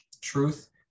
truth